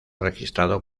registrado